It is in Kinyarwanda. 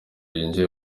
winjiye